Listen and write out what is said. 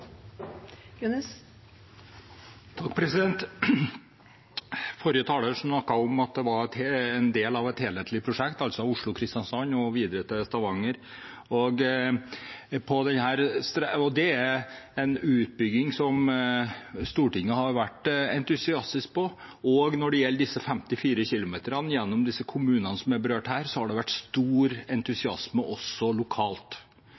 Forrige taler snakket om at det var en del av et helhetlig prosjekt, altså Oslo–Kristiansand og videre til Stavanger. Det er en utbygging Stortinget har vært entusiastisk til, og når det gjelder de 54 kilometerne gjennom kommunene som er berørt her, har det vært stor entusiasme også lokalt.